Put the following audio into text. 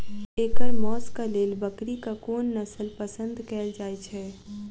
एकर मौशक लेल बकरीक कोन नसल पसंद कैल जाइ छै?